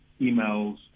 emails